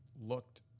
looked